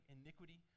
iniquity